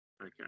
Okay